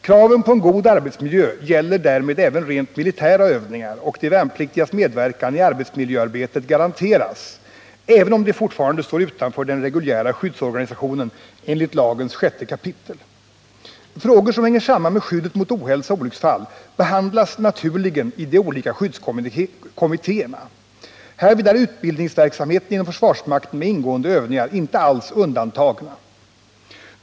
Kravet på en god arbetsmiljö gäller därmed även rent militära övningar, och de värnpliktigas medverkan i arbetsmiljöarbetet garanteras, även om de fortfarande står utanför den reguljära skyddsorganisationen enligt lagens 6 kap. Frågor som hänger samman med skyddet mot ohälsa och olycksfall behandlas naturligen i de olika skyddskommittéerna. Härvid är utbildningsverksamheten inom försvarsmakten med ingående organisationer inte undantagen.